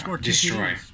destroy